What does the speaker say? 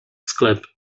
sklep